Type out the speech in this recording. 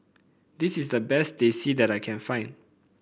this is the best Teh C that I can find